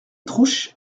trouche